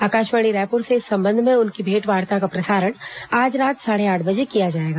आकाशवाणी रायपुर से इस संबंध में उनकी भेंट वार्ता का प्रसारण आज रात साढ़े आठ बजे किया जाएगा